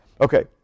Okay